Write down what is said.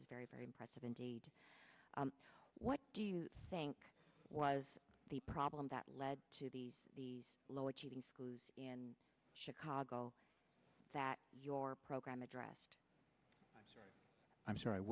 is very very impressive indeed what do you think was the problem that led to these the low achieving schools in chicago that your program addressed i'm sorry